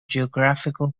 geographical